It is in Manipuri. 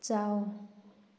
ꯆꯥꯎ